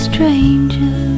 Stranger